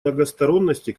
многосторонности